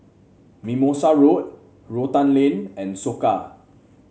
Mimosa Road Rotan Lane and Soka